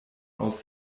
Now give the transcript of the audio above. aus